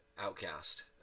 outcast